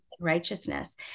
righteousness